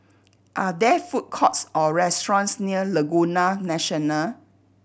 are there food courts or restaurants near Laguna National